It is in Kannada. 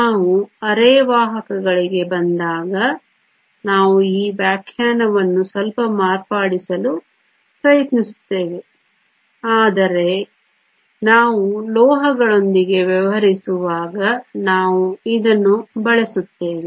ನಾವು ಅರೆವಾಹಕಗಳಿಗೆ ಬಂದಾಗ ನಾವು ಈ ವ್ಯಾಖ್ಯಾನವನ್ನು ಸ್ವಲ್ಪ ಮಾರ್ಪಡಿಸಲು ಪ್ರಯತ್ನಿಸುತ್ತೇವೆ ಆದರೆ ನಾವು ಲೋಹಗಳೊಂದಿಗೆ ವ್ಯವಹರಿಸುವಾಗ ನಾವು ಇದನ್ನು ಬಳಸುತ್ತೇವೆ